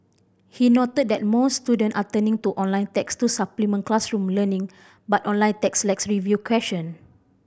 he noted that more student are turning to online text to supplement classroom learning but online text lacks review question